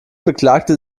beklagte